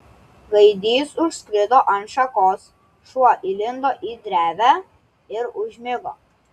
gaidys užskrido ant šakos šuo įlindo į drevę ir užmigo